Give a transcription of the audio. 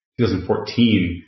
2014